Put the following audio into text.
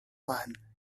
man